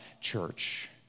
church